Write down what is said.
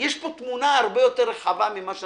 יש פה תמונה הרבה יותר רחבה מכפי